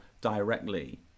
directly